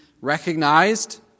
recognized